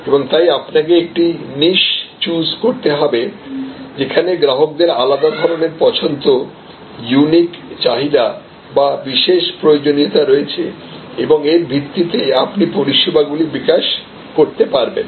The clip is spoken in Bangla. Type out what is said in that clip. এবং তাই আপনাকে একটি নিস চুজ করতে হবে যেখানে গ্রাহকদের আলাদা ধরনের পছন্দ ইউনিকচাহিদা বা বিশেষ প্রয়োজনীয়তা রয়েছে এবং এর ভিত্তিতে আপনি পরিষেবাগুলি বিকাশ করতে পারবেন